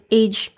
age